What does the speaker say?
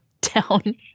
town